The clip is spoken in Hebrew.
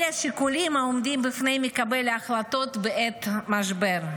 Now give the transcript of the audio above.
אלה השיקולים העומדים בפני מקבל ההחלטות בעת משבר.